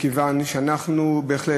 מכיוון שאנחנו בהחלט,